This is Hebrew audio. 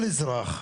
כל האזרח,